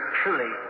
truly